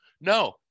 No